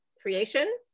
creation